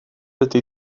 ydy